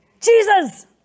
Jesus